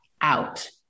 out